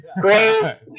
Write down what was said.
great